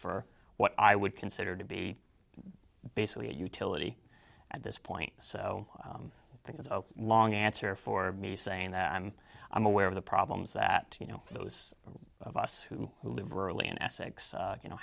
for what i would consider to be basically a utility at this point so i think it's a long answer for me saying that i'm i'm aware of the problems that you know those of us who live really in essex you know